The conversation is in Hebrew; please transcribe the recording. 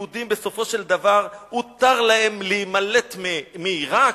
יהודים, בסופו של דבר, הותר להם להימלט מעירק,